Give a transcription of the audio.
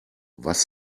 was